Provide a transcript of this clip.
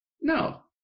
No